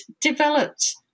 developed